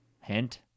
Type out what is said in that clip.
Hint